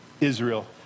Israel